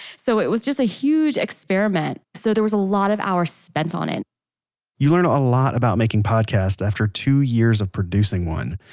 so it was just a huge experiment so there were a lot of hours spent on it you learn a a lot about making podcasts after two years of producing one.